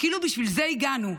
כאילו בשביל זה הגענו.